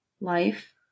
life